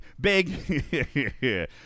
Big